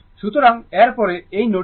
সুতরাং এরপরে এই নোটেশন